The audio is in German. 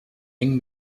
eng